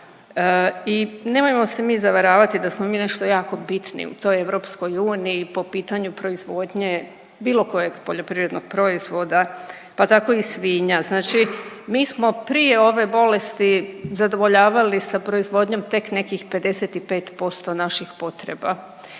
I nemojmo se mi zavaravati da smo mi nešto jako bitni u toj EU po pitanju proizvodnje bilo kojeg poljoprivrednog proizvoda pa tako i svinja. Znači mi smo prije ove bolesti zadovoljavali sa proizvodnjom tek nekih 55% naših potreba,